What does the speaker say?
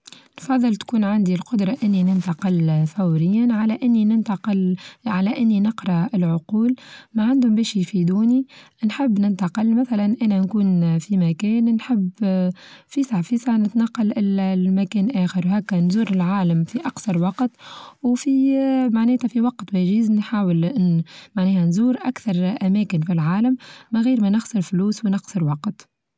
أفظل تكون عندي القدرة إني ننتقل فوريا على إني ننتقل على إني نقرا العقول، ما عندهم باش يفيدوني نحب ننتقل مثلا أنا نكون في مكان نحب فيسع فيسع نتنقل لمكان آخر وهاكا نزور العالم في أقصر وقت وفي معناتها في وقت وچيز نحاول أن معناها نزور أكثر أماكن في العالم من غير ما نخسر فلوس ونخسر وقت.